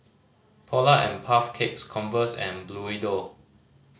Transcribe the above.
Polar and Puff Cakes Converse and Bluedio